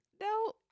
No